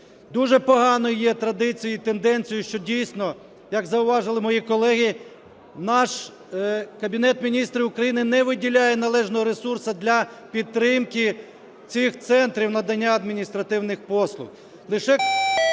Дуже поганою є традицією і тенденцією, що дійсно, як зауважили мої колеги, наш Кабінет Міністрів України не виділяє належного ресурсу для підтримки цих центрів надання адміністративних послуг.